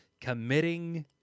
committing